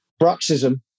bruxism